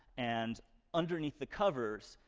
and underneath the covers,